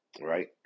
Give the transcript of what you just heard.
right